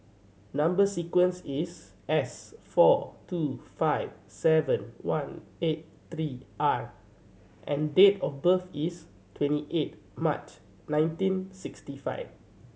number sequence is S four two five seven one eight three R and date of birth is twenty eighth March nineteen sixty five